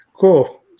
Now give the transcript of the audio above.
cool